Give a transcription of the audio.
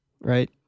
Right